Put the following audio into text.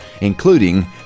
including